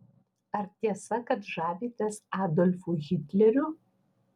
ar tiesa kad žavitės adolfu hitleriu